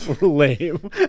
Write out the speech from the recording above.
Lame